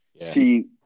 see